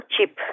cheap